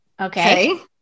okay